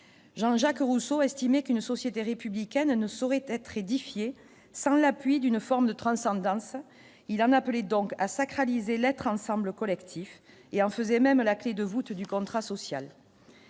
Jean Jacques Rousseau a estimé qu'une société républicaine, elle ne saurait être édifié sans l'appui d'une forme de transcendance, il en a appelé donc à sacraliser lettre ensemble collectif et en faisait même à la clé de voûte du contrat social.